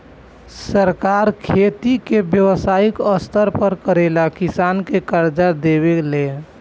सरकार खेती के व्यवसायिक स्तर पर करेला किसान के कर्जा देवे ले